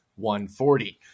140